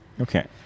okay